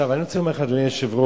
אני רוצה לומר לך, אדוני היושב-ראש,